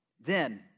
Then